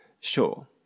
Sure